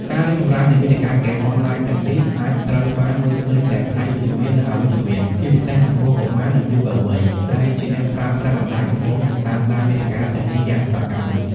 ការរីកចម្រើននៃមាតិកាហ្គេមអនឡាញទាំងនេះ អាចត្រូវបានមើលឃើញទាំងផ្នែកវិជ្ជមាន និងអវិជ្ជមាន ជាពិសេសចំពោះកុមារ និងយុវវ័យ ដែលជាអ្នកប្រើប្រាស់បណ្ដាញសង្គម និងតាមដានមាតិកាទាំងនេះយ៉ាងសកម្ម។